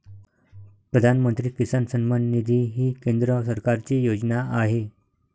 प्रधानमंत्री किसान सन्मान निधी ही केंद्र सरकारची योजना आहे